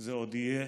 זה עוד יהיה